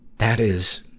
that is,